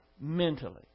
mentally